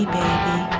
baby